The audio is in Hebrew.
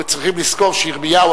אנחנו צריכים לזכור שירמיהו,